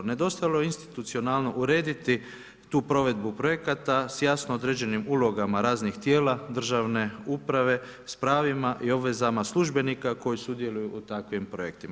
Nedostajalo je institucionalno urediti tu provedbu projekata sa jasno uređenim ulogama raznih tijela, državne uprave, s pravima i obveznika službenika koji sudjeluju u takvim projektima.